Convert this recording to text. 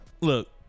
Look